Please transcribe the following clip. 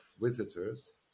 visitors